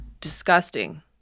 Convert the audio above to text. disgusting